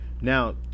Now